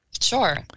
Sure